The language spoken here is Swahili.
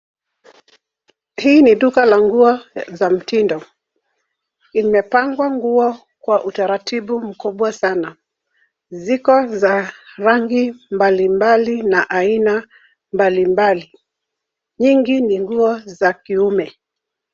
Hii ni duka la nguo za mtindo. Imepangwa nguo kwa utaratibu mkubwa sana. Ziko za rangi mbalimbali na aina mbalimbali. Nyingi ni nguo za kiume.